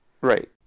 right